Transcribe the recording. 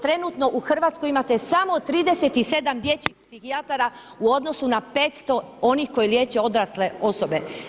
Trenutno u Hrvatskoj imate samo 37 dječjih psihijatara u odnosu na 500 onih koji liječe odrasle osobe.